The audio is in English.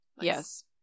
Yes